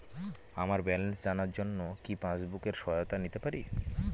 আমার ব্যালেন্স জানার জন্য কি পাসবুকের সহায়তা নিতে পারি?